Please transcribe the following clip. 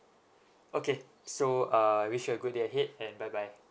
okay so uh I wish you a good day ahead and bye bye